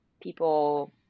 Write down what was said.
people